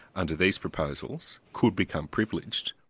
under these proposals, could become privileged.